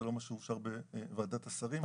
זה לא מה שאושר בוועדת השרים.